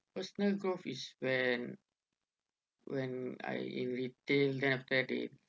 personal growth is when when I in retail then after that they